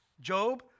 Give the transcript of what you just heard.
Job